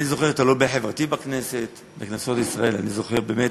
אני זוכר את הלובי החברתי בכנסת, אני זוכר את